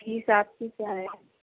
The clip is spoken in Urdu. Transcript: فیس آپ کی کیا ہے